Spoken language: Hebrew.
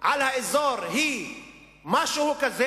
לאזור היא משהו כזה,